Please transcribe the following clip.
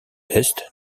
est